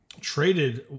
traded